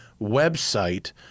website